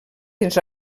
dins